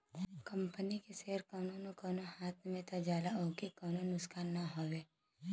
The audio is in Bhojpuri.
कंपनी के सेअर कउनो न कउनो हाथ मे त जाला ओकर कउनो नुकसान ना हौ